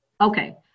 Okay